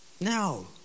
No